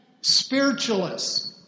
spiritualists